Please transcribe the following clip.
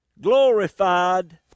Glorified